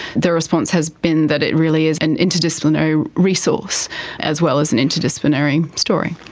the response has been that it really is an interdisciplinary resource as well as an interdisciplinary story.